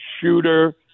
shooter